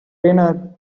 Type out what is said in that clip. dinner